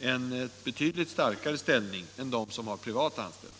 en betydligt starkare ställning än de som har privat anställning.